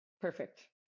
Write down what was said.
Perfect